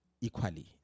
equally